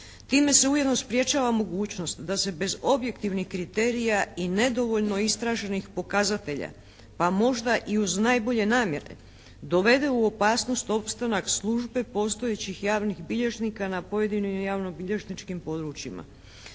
Time se ujedno sprječava mogućnost da bez objektivnih kriterija i nedovoljno istraženih pokazatelja pa možda i uz najbolje namjere dovede u opasnost opstanak službe postojećih javnih bilježnika na pojedinim javno-bilježničkim područjima.